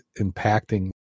impacting